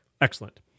Excellent